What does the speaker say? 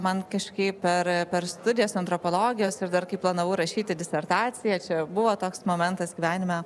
man kažkaip per per studijas antropologijos ir dar kai planavau rašyti disertaciją čia buvo toks momentas gyvenime